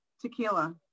Tequila